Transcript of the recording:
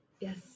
Yes